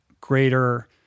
greater